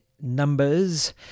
numbers